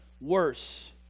worse